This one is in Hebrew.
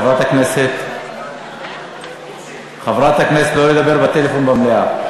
חברת הכנסת, לא לדבר בטלפון במליאה.